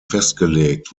festgelegt